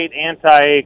anti